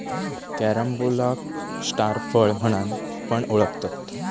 कॅरम्बोलाक स्टार फळ म्हणान पण ओळखतत